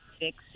six